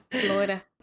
Florida